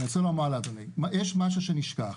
יש משהו שנשכח.